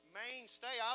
mainstay